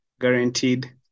guaranteed